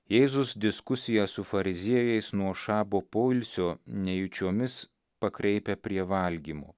jėzus diskusiją su fariziejais nuo šabo poilsio nejučiomis pakreipia prie valgymo